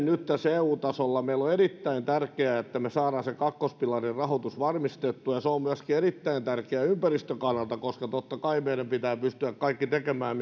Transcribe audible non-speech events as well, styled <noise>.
<unintelligible> nyt eu tasolla näyttää meille on erittäin tärkeää että me saamme sen kakkospilarin rahoituksen varmistettua ja se on myöskin erittäin tärkeää ympäristön kannalta koska totta kai meidän pitää pystyä kaikki tekemään <unintelligible>